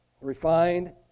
refined